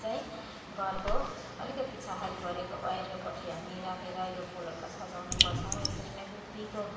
चाहिँ घरको अलिकति छहारीभरिको बाहिरपट्टि हामी राखेर यो फुलहरूलाई सजाउने गर्छौँ यसरी नै धुप्पीको